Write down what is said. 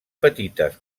petites